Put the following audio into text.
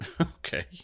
Okay